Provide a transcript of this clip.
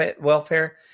welfare